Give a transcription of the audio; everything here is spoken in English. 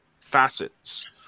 facets